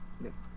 yes